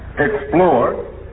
explore